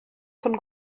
von